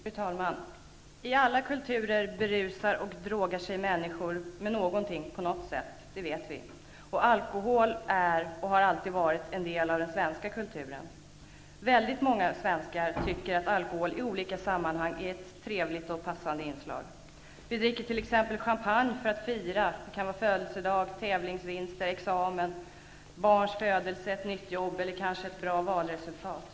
Fru talman! I alla kulturer berusar och drogar sig människor med någonting och på något sätt -- det vet vi. Alkohol är och har alltid varit en del av den svenska kulturen. Väldigt många svenskar tycker att alkohol är ett trevligt och passande inslag i olika sammanhang. Vi dricker t.ex. champagne för att fira -- det kan gälla födelsedag, tävlingsvinst, examen, barns födelse, ett nytt jobb eller kanske ett bra valresultat.